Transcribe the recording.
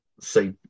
say